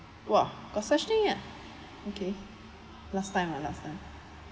!wah! got such thing ah okay last time ah last time